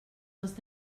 les